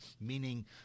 meaning